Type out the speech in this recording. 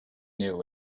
new